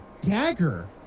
dagger